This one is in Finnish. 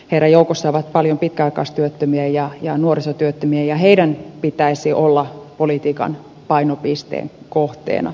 heidän joukossaan on paljon pitkäaikaistyöttömiä ja nuorisotyöttömiä ja heidän pitäisi olla politiikan painopisteen kohteena tässä tilanteessa